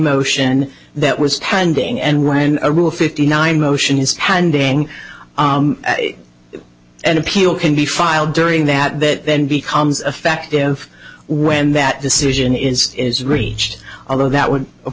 motion that was tending and when a rule fifty nine motion is handing an appeal can be filed during that that then becomes effective when that decision is is reached although that would of